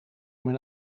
mijn